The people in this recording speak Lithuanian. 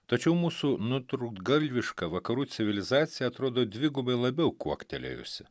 tačiau mūsų nutrūktgalviška vakarų civilizacija atrodo dvigubai labiau kuoktelėjusi